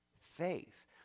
faith